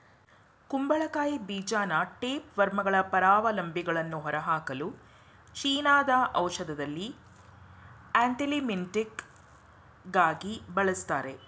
ಕುಂಬಳಕಾಯಿ ಬೀಜನ ಟೇಪ್ವರ್ಮ್ಗಳ ಪರಾವಲಂಬಿಗಳನ್ನು ಹೊರಹಾಕಲು ಚೀನಾದ ಔಷಧದಲ್ಲಿ ಆಂಥೆಲ್ಮಿಂಟಿಕಾಗಿ ಬಳಸ್ತಾರೆ